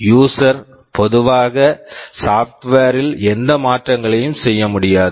user user பொதுவாக software software ல் எந்த மாற்றங்களையும் செய்ய முடியாது